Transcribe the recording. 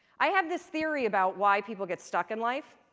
i have this theory about why people get stuck in life.